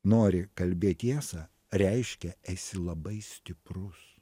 nori kalbėt tiesą reiškia esi labai stiprus